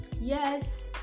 Yes